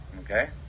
Okay